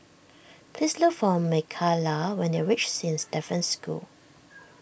please look for Micayla when you reach Saint Stephen's School